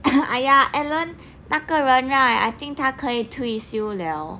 !aiya! ellen 那个人 right I think 她可以退休 liao